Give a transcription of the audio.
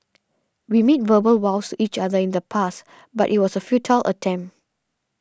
we made verbal vows to each other in the past but it was a futile attempt